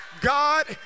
God